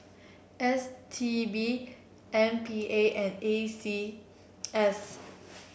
S T B M P A and A C S